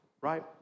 Right